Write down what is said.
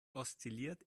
oszilliert